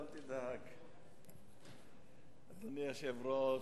אדוני היושב-ראש,